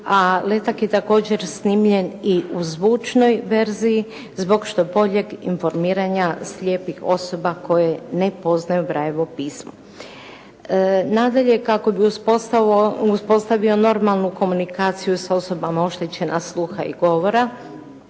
a letak je također snimljen i u zvučnoj verziji zbog što boljeg informiranja slijepih osoba koje ne poznaju Brailleovo pismo. Nadalje, kako bi uspostavio normalnu komunikaciju s osobama oštećena sluha i govora,